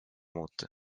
muuta